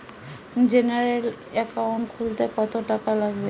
General account খুলতে কত টাকা লাগবে?